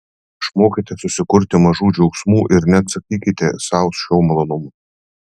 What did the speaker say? išmokite susikurti mažų džiaugsmų ir neatsakykite sau šio malonumo